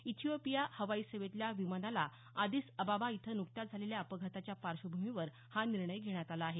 Ethiopia हवाईसेवेतल्या विमानाला Addis Ababa इथं नुकत्याच झालेल्या अपघाताच्या पार्श्वभूमीवर हा निर्णय घेण्यात आला आहे